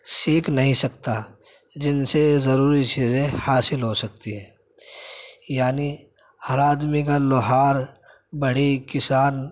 سیکھ نہیں سکتا جن سے ضروری چیزیں حاصل ہو سکتی ہیں یعنی ہر آدمی کا لوہار بڑھئی کسان